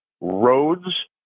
Roads